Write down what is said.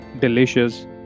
delicious